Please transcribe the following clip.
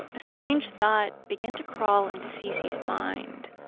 a strange thought began to crawl into cc's mind.